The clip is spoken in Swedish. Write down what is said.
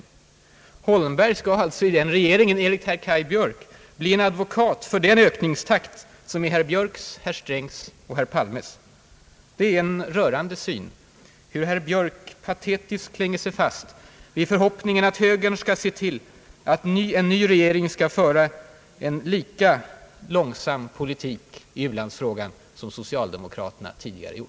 Herr Holmberg skulle alltså i den regeringen, enligt herr Kaj Björk, vara advokat för den ökningstakt som nu är herr Björks, herr Strängs och herr Palmes. Det är en rörande syn att se hur herr Björk patetiskt klänger sig fast vid förhoppningen att högern skall se till att en ny regering skall föra en lika långsam politik i u-landsfrågan som socialdemokraterna nu bedriver.